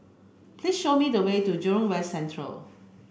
please show me the way to Jurong West Central